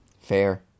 Fair